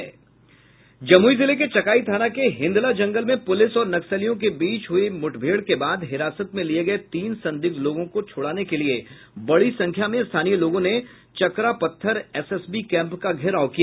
जमुई जिले के चकाई थाना के हिन्दला जंगल में पुलिस और नक्सलियों के बीच हुये मुठभेड़ के बाद हिरासत लिये गये तीन संदिग्ध लोगों को छुड़ाने के लिए बड़ी संख्या में स्थानीय लोगों ने चरकापत्थर एसएसबी कैम्प का घेराव किया